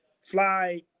fly